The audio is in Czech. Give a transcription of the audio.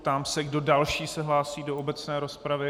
Ptám se, kdo další se hlásí do obecné rozpravy.